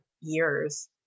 years